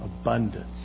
Abundance